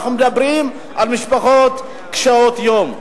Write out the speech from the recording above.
אנחנו מדברים על משפחות קשות-יום.